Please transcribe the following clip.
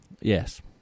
Yes